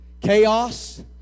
Chaos